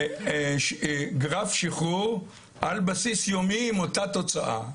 גרף שחרור על בסיס יומי עם אותה תוצאה.